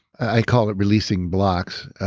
i call it releasing blocks.